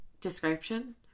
description